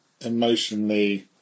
emotionally